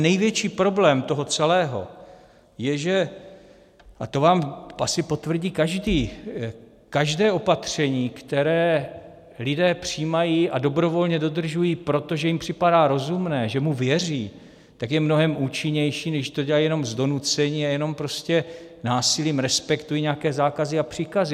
Největší problém toho celého je, že, a to vám asi potvrdí každý: každé opatření, které lidé přijímají a dobrovolně dodržují proto, že jim připadá rozumné, že mu věří, je mnohem účinnější, než když to dělají jenom z donucení a jenom prostě násilím respektují nějaké zákazy a příkazy.